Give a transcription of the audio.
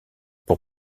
pour